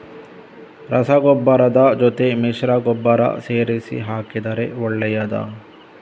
ರಸಗೊಬ್ಬರದ ಜೊತೆ ಮಿಶ್ರ ಗೊಬ್ಬರ ಸೇರಿಸಿ ಹಾಕಿದರೆ ಒಳ್ಳೆಯದಾ?